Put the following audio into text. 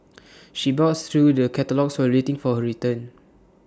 she browsed through the catalogues while waiting for her turn